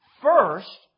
First